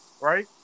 right